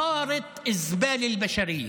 מיץ הזבל האנושי.